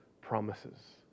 promises